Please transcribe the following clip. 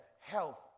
health